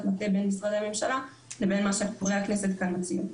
מטה בין משרדי הממשלה לבין מה שחברי הכנסת כאן מציעים.